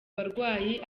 barwayi